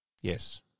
Yes